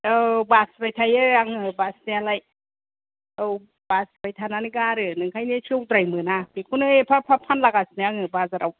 औ बासिबाय थायो आङो बासिनायालाय औ बासिबाय थानानै गारो नोंखायनो सेवद्राय मोना बेखौनो एफा एफा फानलागासिनो आङो बाजाराव